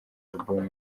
album